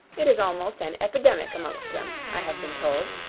it is almost an epidemic amongst them, i have been told.